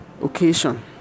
occasion